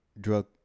Drug